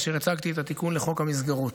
כאשר הצגתי את התיקון לחוק המסגרות.